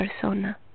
persona